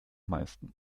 meisten